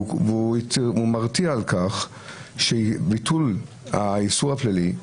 הוא מתריע על כך שביטול האיסור הפלילי,